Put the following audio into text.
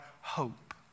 hope